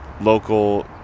local